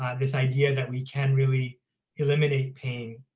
this idea that we can really eliminate pain,